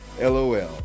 LOL